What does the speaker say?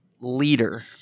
leader